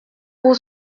pour